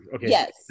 yes